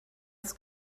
das